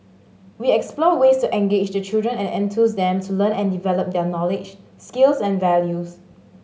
we explore ways to engage the children and enthuse them to learn and develop their knowledge skills and values